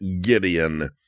Gideon